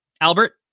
Albert